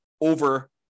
over